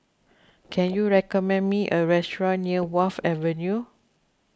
can you recommend me a restaurant near Wharf Avenue